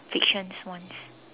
fictions ones